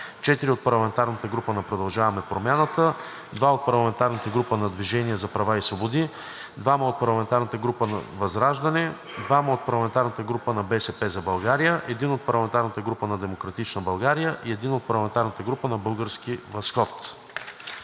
4 от парламентарната група „Продължаваме Промяната“, 2 от парламентарната група „Движение за права и свободи“, 2 от парламентарната група ВЪЗРАЖДАНЕ, 2 от парламентарната група „БСП за България“, 1 от парламентарната група на „Демократична България“ и 1 от парламентарната група „Български възход“.“